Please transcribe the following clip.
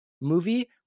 movie